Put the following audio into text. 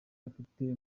afite